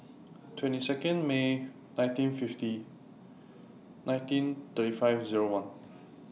twenty Second May nineteen fifty nineteen thirty five Zero one